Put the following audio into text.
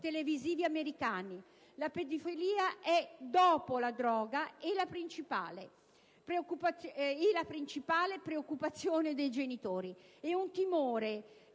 televisivi americani. La pedofilia è, dopo la droga, la principale preoccupazione dei genitori. È un timore